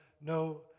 no